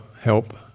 help